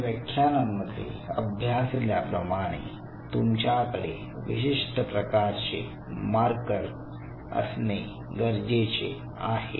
आपण व्याख्यानांमध्ये अभ्यासल्या प्रमाणे तुमच्याकडे विशिष्ट प्रकारचे मार्कर असणे गरजेचे आहे